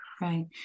Right